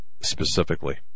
specifically